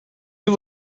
you